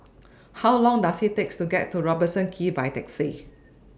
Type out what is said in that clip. How Long Does IT takes to get to Robertson Quay By Taxi